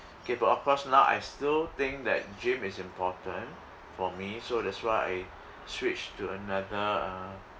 okay but of course now I still think that gym is important for me so that's why I switched to another uh